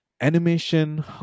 animation